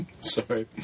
Sorry